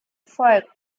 volk